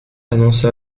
annonce